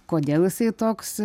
kodėl jisai toks